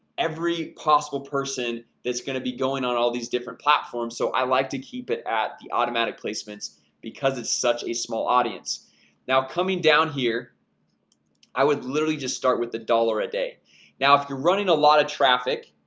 every possible person that's gonna be going on all these different platforms so i like to keep it at the automatic placements because it's such a small audience now coming down here i would literally just start with the dollar a day now if you're running a lot of traffic,